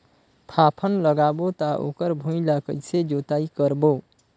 फाफण लगाबो ता ओकर भुईं ला कइसे जोताई करबो?